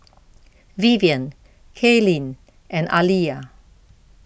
Vivian Kaylene and Aaliyah